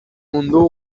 mundu